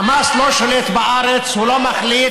חמאס לא שולט בארץ, הוא לא מחליט.